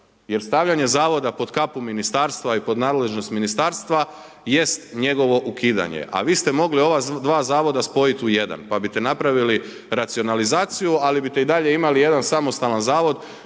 jer stavljanje pod kapu Ministarstva i pod nadležnost Ministarstva jest njegovo ukidanje. A vi ste mogli ova dva zavoda spojiti u jedan pa biste napravili racionalizaciju, ali biste i dalje imali jedan samostalan zavod